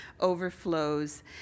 overflows